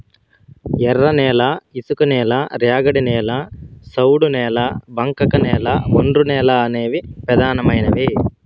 ఎర్రనేల, ఇసుకనేల, ర్యాగిడి నేల, సౌడు నేల, బంకకనేల, ఒండ్రునేల అనేవి పెదానమైనవి